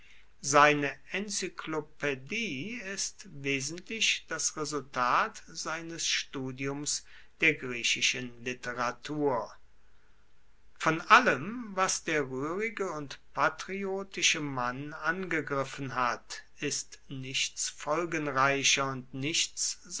seine enzyklopaedie ist wesentlich das resultat seines studiums der griechischen literatur von allem was der ruehrige und patriotische mann angegriffen hat ist nichts folgenreicher und nichts